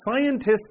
Scientists